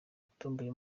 yatomboye